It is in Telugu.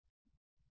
విద్యార్థి అవును